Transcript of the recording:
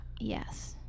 yes